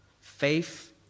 Faith